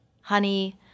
honey